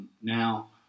now